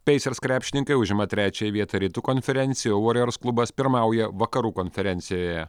pacers krepšininkai užima trečiąją vietą rytų konferencijoj o warriors klubas pirmauja vakarų konferencijoje